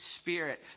Spirit